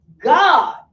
God